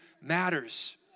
matters